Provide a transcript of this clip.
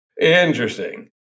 Interesting